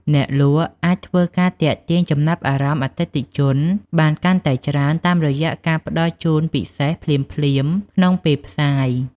អ្នកលក់អាចធ្វើការទាក់ទាញចំណាប់អារម្មណ៍អតិថិជនបានកាន់តែច្រើនតាមរយៈការផ្តល់ជូនពិសេសភ្លាមៗក្នុងពេលផ្សាយ។